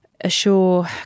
assure